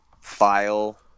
file